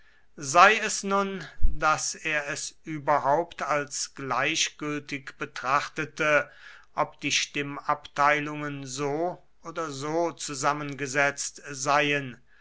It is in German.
sei es nun daß er es überhaupt als gleichgültig betrachtete ob die stimmabteilungen so oder so zusammengesetzt seien